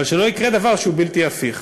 אבל שלא יקרה דבר שהוא בלתי הפיך,